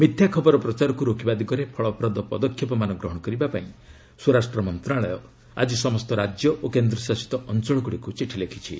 ମିଥ୍ୟା ଖବର ପ୍ରଚାରକୁ ରୋକିବା ଦିଗରେ ଫଳପ୍ରଦ ପଦକ୍ଷେପମାନ ଗ୍ରହଣ କରିବା ପାଇଁ ସ୍ୱରାଷ୍ଟ୍ର ମନ୍ତ୍ରଣାଳୟ ଆଜି ସମସ୍ତ ରାଜ୍ୟ ଓ କେନ୍ଦ୍ରଶାସିତ ଅଞ୍ଚଳଗୁଡ଼ିକୁ ଚିଠି ଲେଖିଛି